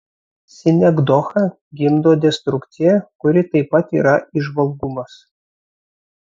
sinekdocha gimdo destrukciją kuri taip pat yra įžvalgumas